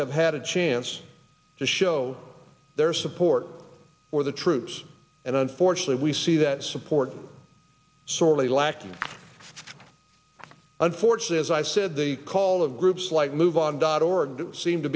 have had a chance to show their support for the troops and unfortunately we see that support sorely lacking unfortunate as i've said the call of groups like move on dot org seem to